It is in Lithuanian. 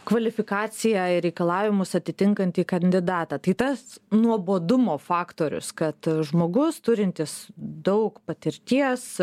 kvalifikaciją ir reikalavimus atitinkantį kandidatą tai tas nuobodumo faktorius kad žmogus turintis daug patirties